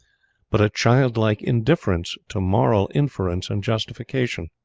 but a childlike indifference to moral inference and justification.